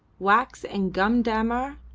wax and gum-dammar,